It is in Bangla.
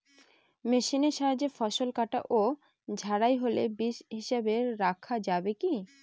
মেশিনের সাহায্যে ফসল কাটা ও ঝাড়াই হলে বীজ হিসাবে রাখা যাবে কি?